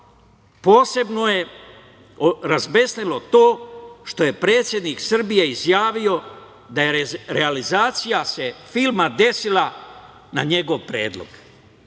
posebno je razbesnelo to što je predsednik Srbije izjavio da se realizacija filma desila na njegov predlog.